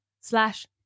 slash